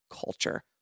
culture